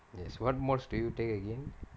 yes what modules do you take again